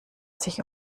sich